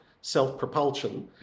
self-propulsion